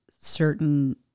certain